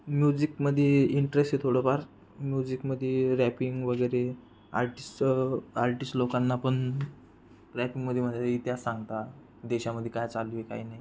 म्युझिकमध्ये इंटरेस आहे थोडंफार म्युझिकमध्ये रॅपिंग वगैरे आर्टिस आर्टिस लोकांना पण रॅप मधेमधे इतिहास सांगता देशामध्ये काय चालू आहे काय नाही